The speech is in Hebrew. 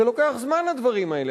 זה לוקח זמן, הדברים האלה.